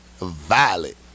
violet